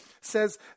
says